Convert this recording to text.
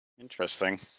Interesting